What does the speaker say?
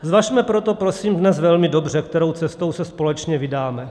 Zvažme proto, prosím, dnes velmi dobře, kterou cestou se společně vydáme.